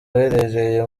uherereye